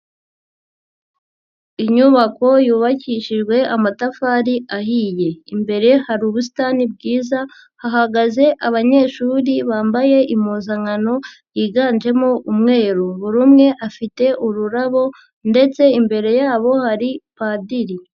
Inyubako yubakishijwe amatafari ahiye. Imbere hari ubusitani bwiza, hahagaze abanyeshuri bambaye impuzankano yiganjemo umweru. Buri umwe afite ururabo, ndetse imbere yabo hari padiri.